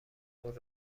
خود